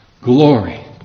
glory